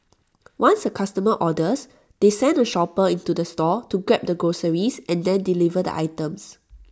once A customer orders they send A shopper into the store to grab the groceries and then deliver the items